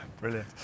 brilliant